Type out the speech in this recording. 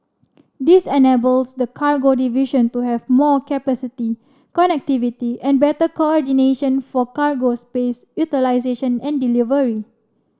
this enables the cargo division to have more capacity connectivity and better coordination for cargo space utilisation and delivery